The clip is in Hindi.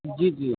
जी जी